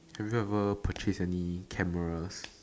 have you ever purchased any cameras